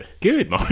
Good